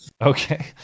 Okay